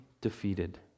defeated